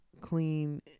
clean